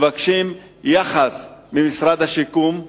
מבקשים יחס ממשרד השיקום,